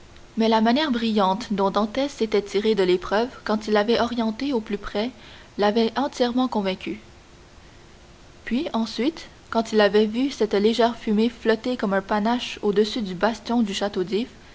mais la manière brillante dont dantès s'était tiré de l'épreuve quand il avait orienté au plus près l'avait entièrement convaincu puis ensuite quand il avait vu cette légère fumée flotter comme un panache au-dessus du bastion du château